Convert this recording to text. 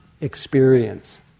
experience